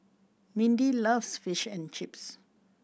Mindi loves Fish and Chips